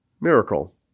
miracle